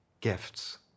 gifts